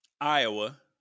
Iowa